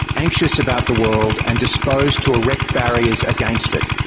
anxious about the world and disposed to erect barriers against it,